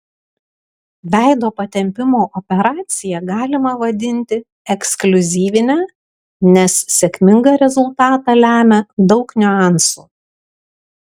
veido patempimo operaciją galima vadinti ekskliuzyvine nes sėkmingą rezultatą lemia daug niuansų